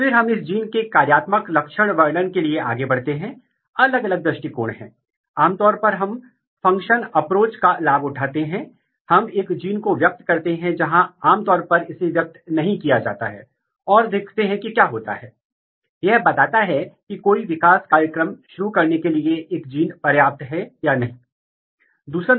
आइए हम मान लें कि यदि आपके दो जीन हैं और यदि आपको एक ही फेनोटाइप के साथ दोनों जीनों के फंक्शन म्यूटेंट का नुकसान होता है यदि आप देखते हैं कि दोनों म्यूटेंट्स में फेनोटाइप एक समान हैं तो पहला सवाल यह है कि क्या दोनों म्यूटेशन एक ही जीन में है या फिर अलग अलग जीन में है